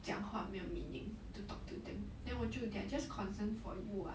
讲话没有 meaning to talk to them then 我就 they're just concerned for you [what]